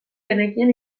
genekien